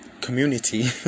community